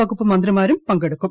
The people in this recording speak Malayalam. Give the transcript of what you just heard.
വകുപ്പ് മന്ത്രിമാരും പങ്കെടുക്കും